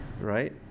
right